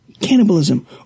cannibalism